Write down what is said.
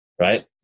right